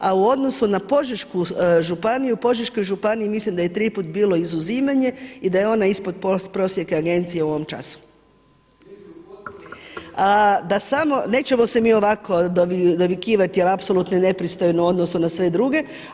A u odnosu na Požešku županiju, u Požeškoj županiji mislim da je tri puta bilo izuzimanje i da je ona ispod prosjeka Agencije u ovom času. ... [[Upadica se ne razumije. …]] Da samo, nećemo se mi ovako dovikivati jer je apsolutno nepristojno u odnosu na sve druge.